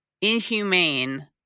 inhumane